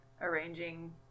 arranging